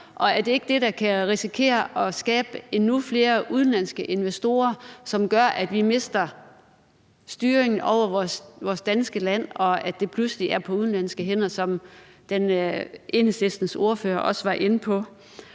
og er det ikke det, der kan gøre, at vi risikerer at få endnu flere udenlandske investorer, som gør, at vi mister styringen over vores danske land, hvor det pludselig er på udenlandske hænder, hvilket Enhedslistens ordfører også var inde på?